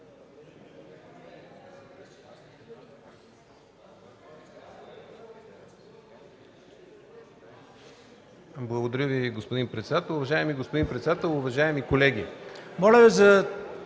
Благодаря Ви, господин председател. Уважаеми колеги,